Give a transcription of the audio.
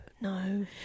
No